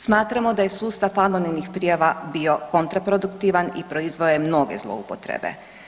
Smatramo da je sustav anonimnih prijava bio kontraproduktivan i proizveo je mnoge zloupotrebe.